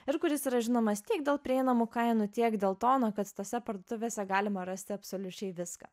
ir kuris yra žinomas tiek dėl prieinamų kainų tiek dėl to na kad tose parduotuvėse galima rasti absoliučiai viską